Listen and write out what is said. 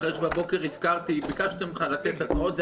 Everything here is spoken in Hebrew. ביקשתי בבוקר שתיתן התראות.